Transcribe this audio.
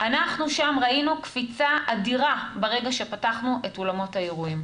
אנחנו שם ראינו קפיצה אדירה ברגע שפתחנו את אולמות האירועים.